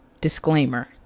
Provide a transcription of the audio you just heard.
Disclaimer